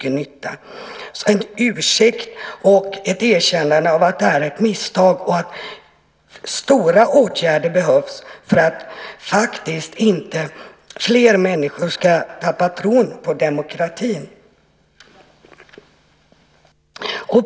Det behövs en ursäkt och ett erkännande av att det begåtts ett misstag och att det krävs stora åtgärder för att inte fler människor faktiskt ska tappa tron på demokratin.